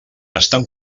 estan